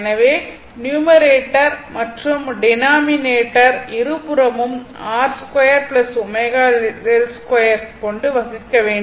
எனவே நியூமரேட்டர் மற்றும் டினாமினேட்டர் இருபுறமும் R 2 ω L 2 வகுக்க வேண்டும்